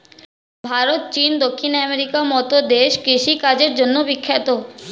ভারত, চীন, দক্ষিণ আমেরিকার মতো দেশ কৃষি কাজের জন্যে বিখ্যাত